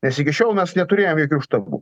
nes iki šiol mes neturėjom jokių štabų